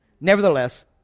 Nevertheless